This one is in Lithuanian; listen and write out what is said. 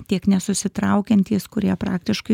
tiek nesusitraukiantys kurie praktiškai